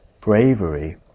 bravery